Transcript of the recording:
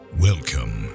Welcome